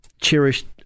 cherished